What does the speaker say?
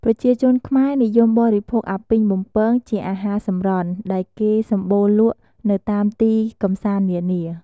ប្រជាជនខ្មែរនិយមបរិភោគអាពីងបំពងជាអាហារសម្រន់ដែលគេសម្បូរលក់នៅតាមទីកំសាន្តនានា ។